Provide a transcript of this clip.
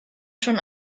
schon